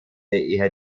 eher